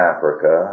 Africa